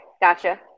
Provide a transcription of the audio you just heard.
Gotcha